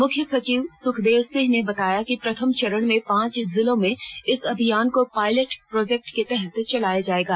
मुख्य सचिव सुखदेव सिंह ने बताया कि प्रथम चरण में पांच जिलों में इस अभियान को पायलट प्रोजेक्ट के तहत चलाया जायेगा